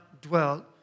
dwelt